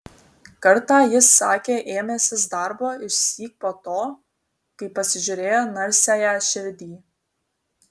kartą jis sakė ėmęsis darbo išsyk po to kai pasižiūrėjo narsiąją širdį